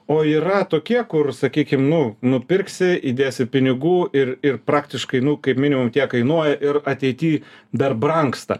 o yra tokie kur sakykim nu nupirksi įdėsi pinigų ir ir praktiškai nu kaip minimum tiek kainuoja ir ateity dar brangsta